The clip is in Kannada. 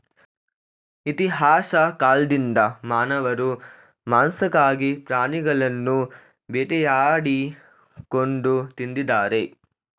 ಇತಿಹಾಸ ಕಾಲ್ದಿಂದ ಮಾನವರು ಮಾಂಸಕ್ಕಾಗಿ ಪ್ರಾಣಿಗಳನ್ನು ಬೇಟೆಯಾಡಿ ಕೊಂದು ತಿಂದಿದ್ದಾರೆ